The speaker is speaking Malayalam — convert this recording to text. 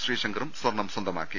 ശ്രീശങ്കറും സ്വർണം സ്വന്തമാക്കി